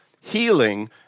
healing